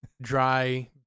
dry